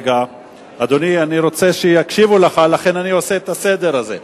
לכן אני עושה את הסדר הזה.